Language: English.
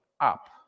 up